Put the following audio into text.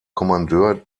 kommandeur